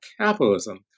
capitalism